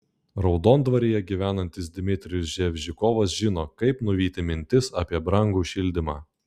raudondvaryje gyvenantis dmitrijus ževžikovas žino kaip nuvyti mintis apie brangų šildymą